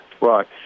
Right